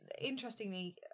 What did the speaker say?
interestingly